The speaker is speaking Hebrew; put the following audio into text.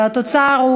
על התוצר,